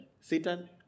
Satan